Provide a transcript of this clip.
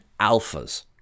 alphas